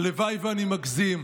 הלוואי שאני מגזים,